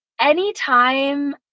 anytime